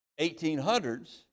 1800s